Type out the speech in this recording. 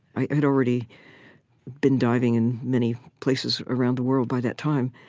i had already been diving in many places around the world by that time,